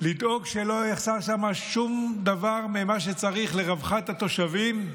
לדאוג שלא יחסר שמה שום דבר ממה שצריך לרווחת התושבים,